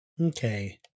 okay